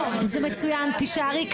ואזכיר לך